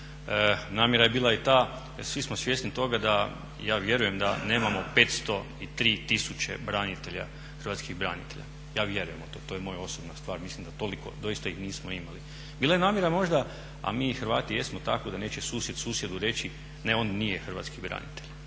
Namjera je bila i ta, svi smo svjesni toga, ja vjerujem da nemamo 503 tisuće branitelja, hrvatskih branitelja. Ja vjerujem u to, to je moja osobna stvar, mislim da toliko doista ih nismo imali. Bila je namjera možda, a mi Hrvati jesmo tako da neće susjed susjedu reći ne, on nije hrvatski branitelj.